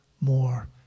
more